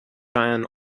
iron